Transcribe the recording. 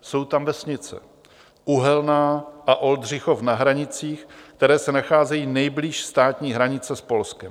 Jsou tam vesnice Uhelná a Oldřichov na hranicích, které se nacházejí nejblíž státní hranice s Polskem.